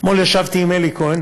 אתמול ישבתי עם אלי כהן.